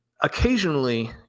occasionally